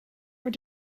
were